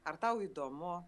ar tau įdomu